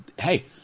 hey